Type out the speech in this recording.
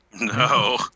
No